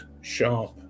sharp